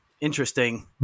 interesting